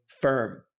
firm